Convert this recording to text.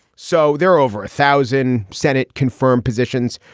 so there are over a thousand senate confirmed positions.